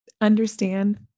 understand